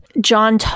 John